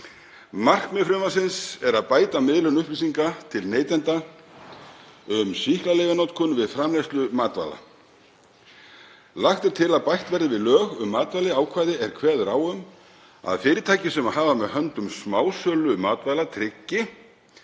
Markmið frumvarpsins er að bæta miðlun upplýsinga til neytenda um sýklalyfjanotkun við framleiðslu matvæla. Lagt er til að bætt verði við lög um matvæli ákvæði er kveður á um að fyrirtæki sem hafa með höndum smásölu matvæla tryggi